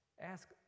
Ask